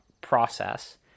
process